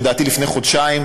לדעתי לפני חודשיים,